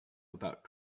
about